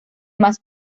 más